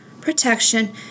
protection